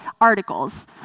articles